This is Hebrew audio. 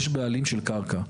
יש בעלים של קרקע.